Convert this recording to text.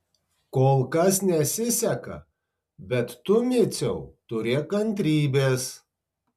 kol kas nesiseka bet tu miciau turėk kantrybės